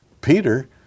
Peter